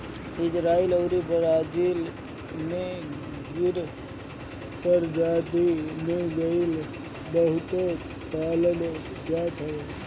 Israel अउरी Brazil में गिर प्रजति के गाई के बहुते पालल जात हवे